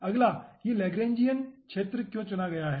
अगला यह लैग्रैन्जियन क्षेत्र क्यों चुना गया है